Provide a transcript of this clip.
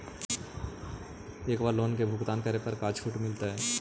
एक बार लोन भुगतान करे पर का छुट मिल तइ?